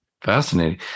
Fascinating